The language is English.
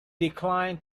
declined